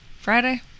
friday